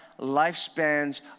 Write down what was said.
lifespans